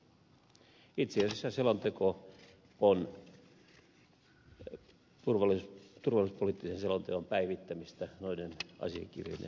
itse asiassa selonteko on turvallisuuspoliittisen selonteon päivittämistä noiden asiakirjojen pohjalta